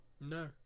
no